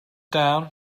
down